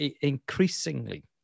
increasingly